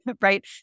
right